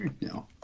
no